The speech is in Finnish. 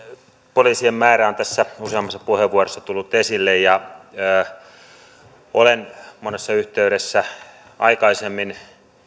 poliisien määrä on tässä useammassa puheenvuorossa tullut esille olen monessa yhteydessä aikaisemmin